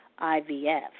IVF